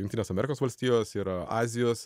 jungtinės amerikos valstijos yra azijos